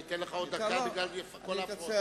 אתן לך עוד דקה בגלל כל ההפרעות.